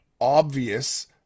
obvious